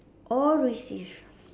or received